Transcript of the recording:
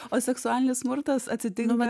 o seksualinis smurtas atsitinka